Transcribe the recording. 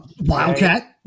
wildcat